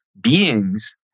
beings